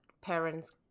parents